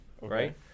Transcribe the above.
right